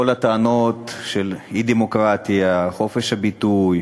כל הטענות של אי-דמוקרטיה, חופש הביטוי,